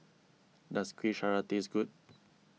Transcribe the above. does Kueh Syara taste good